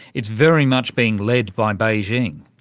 it's very much being led by beijing.